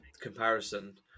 comparison